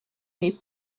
mais